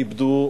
איבדו